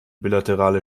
bilaterale